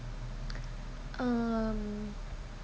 um